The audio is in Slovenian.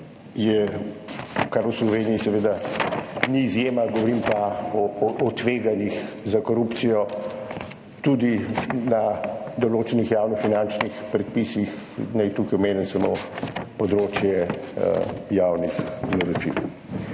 kar v Sloveniji seveda ni izjema. Govorim pa o tveganjih za korupcijo tudi na določenih javnofinančnih predpisih, naj tukaj omenim samo področje javnih naročil.